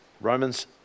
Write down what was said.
Romans